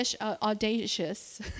audacious